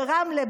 ברמלה,